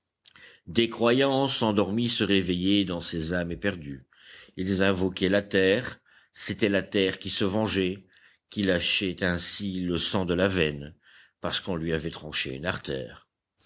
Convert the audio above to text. des croyances endormies se réveillaient dans ces âmes éperdues ils invoquaient la terre c'était la terre qui se vengeait qui lâchait ainsi le sang de la veine parce qu'on lui avait tranché une artère